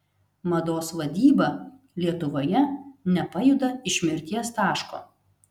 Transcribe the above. mados vadyba lietuvoje nepajuda iš mirties taško